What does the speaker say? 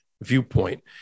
viewpoint